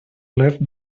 left